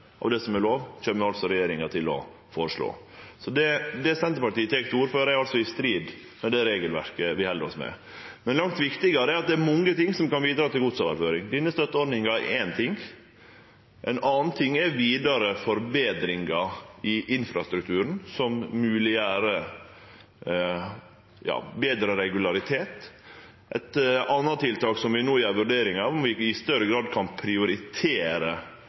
og det som er lov, kjem regjeringa til å føreslå. Det Senterpartiet tek til orde for, er i strid med det regelverket vi held oss med. Langt viktigare er det at det er mange ting som kan bidra til godsoverføring. Denne støtteordninga er éin ting. Ein annan ting er vidare forbetringar i infrastrukturen som gjer det mogleg med betre regularitet. Eit anna tiltak vi no vurderer, er om vi i større grad kan prioritere